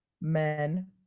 men